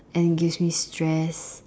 and give me stress